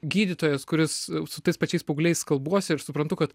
gydytojas kuris su tais pačiais paaugliais kalbuosi ir suprantu kad